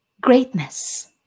greatness